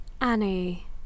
Annie